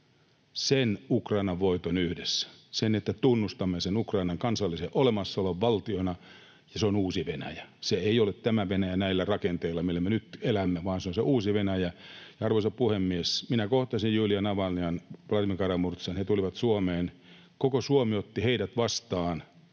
sen Ukrainan voiton yhdessä, sen, että tunnustamme Ukrainan kansallisen olemassaolon valtiona, ja on uusi Venäjä. Se ei ole tämä Venäjä näillä rakenteilla, millä me nyt elämme, vaan se on se uusi Venäjä. Arvoisa puhemies! Minä kohtasin Julija Navalnajan ja Vladimir Kara-Murzan, kun he tulivat Suomeen. Koko Suomi otti heidät vastaan,